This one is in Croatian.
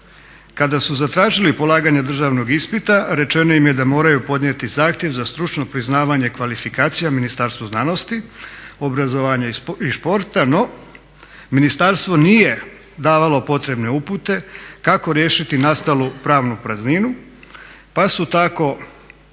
Kada su zatražili polaganje državnog ispita rečeno im je da moraju podnijeti zahtjev za stručno priznavanje kvalifikacija Ministarstvu znanosti, obrazovanja i sporta, no ministarstvo nije davalo potrebne upute kako riješiti nastalu pravnu prazninu pa tako